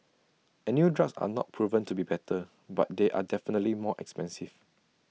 and new drugs are not proven to be better but they are definitely more expensive